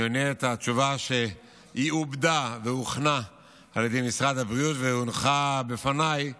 אני עונה תשובה שעובדה והוכנה בידי משרד הבריאות והונחה בפניי